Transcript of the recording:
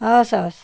हवस् हवस्